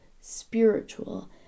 spiritual